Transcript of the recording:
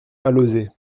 alauzet